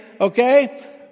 okay